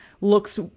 looks